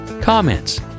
comments